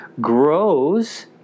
grows